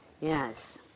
Yes